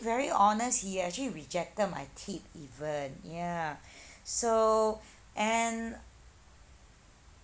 very honest he actually rejected my tip even ya so and